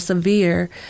severe